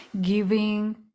giving